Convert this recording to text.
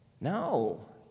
No